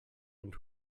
und